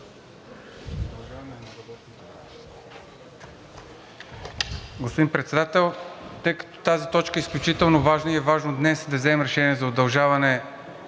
Господин Председател, тъй като тази точка е изключително важна и е важно днес да вземем решение за удължаване